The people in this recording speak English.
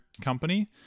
company